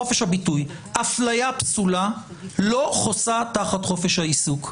אפליה פסולה לא חוסה תחת חופש העיסוק.